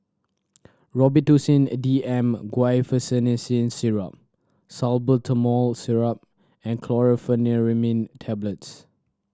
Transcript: Robitussin D M Guaiphenesin Syrup Salbutamol Syrup and Chlorpheniramine Tablets